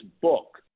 book